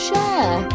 Share